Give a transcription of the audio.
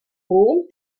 rom